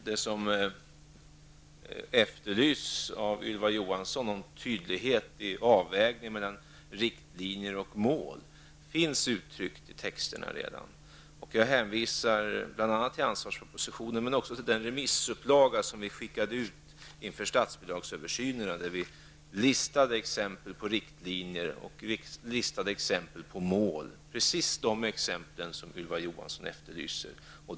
Det som efterlyses av Ylva Johansson tydlighet i avvägningen mellan riktlinjer och mål -- finns uttryckt i texterna redan. Jag hänvisar bl.a. till ansvarspropositionen men också till den remissupplaga som vi skickade ut inför statsbidragsöversynen, där vi listade exempel på riktlinjer och mål, alltså precis det som Ylva Johansson efterlyser.